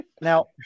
now